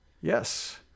yes